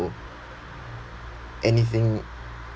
anything